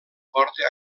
porta